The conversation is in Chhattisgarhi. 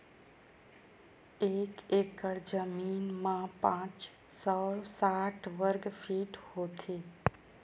एक एकड़ जमीन मा पांच सौ साठ वर्ग फीट होथे